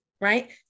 right